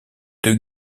deux